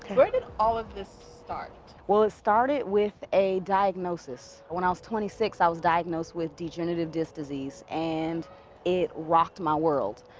where did all of this start? well, it started with a diagnosis. when i was twenty six, i was diagnosed with degenerative disc disease and it rocked my world.